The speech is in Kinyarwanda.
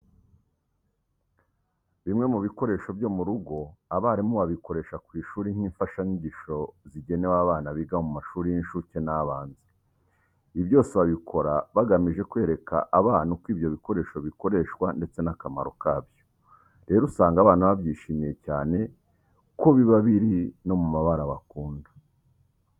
Bimwe mu bikoresho byo mu rugo abarimu babikoresha ku ishuri nk'imfashanyigisho zigenewe abana biga mu mashuri y'incuke n'abanza. Ibi byose babikora bagamije kwereka abana uko ibyo bikoresho bikoreshwa ndetse n'akamaro kabyo. Rero usanga abana babyishimiye cyane ko biba biri no mu mabara bakunda.